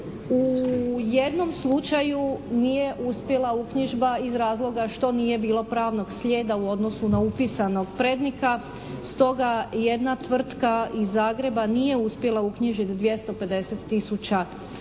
U jednom slučaju nije uspjela uknjižba iz razloga što nije bilo pravnog slijeda u odnosu na upisanog … /Govornica se ne razumije./ … Stoga jedna tvrtka iz Zagreba nije uspjela uknjižiti 250 tisuća